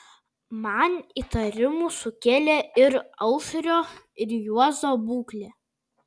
man įtarimų sukėlė ir aušrio ir juozo būklė